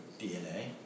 DNA